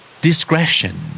Discretion